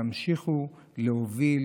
תמשיכו להוביל